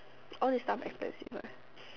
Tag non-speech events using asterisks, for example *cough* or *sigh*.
all these stuff expensive right *breath*